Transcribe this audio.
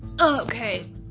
Okay